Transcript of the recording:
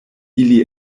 ili